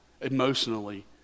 emotionally